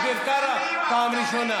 אביר קארה פעם ראשונה.